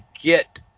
get